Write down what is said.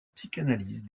psychanalyse